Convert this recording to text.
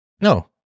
No